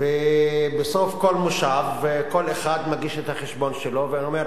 ובסוף כל מושב כל אחד מגיש את החשבון שלו ואומר: